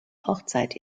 hochzeit